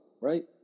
right